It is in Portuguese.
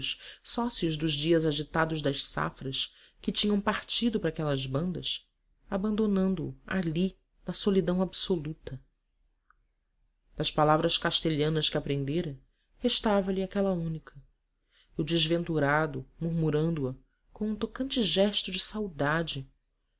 sócios dos dias agitados das safras que tinham partido para aquelas bandas abandonando o ali na solidão absoluta das palavras castelhanas que aprendera restava-lhe aquela única e o desventurado murmurando a com um tocante gesto de saudade